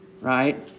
right